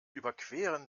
überqueren